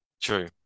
true